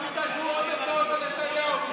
לכו תעזרו בעוד הצעות לנתניהו.